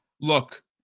Look